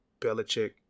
Belichick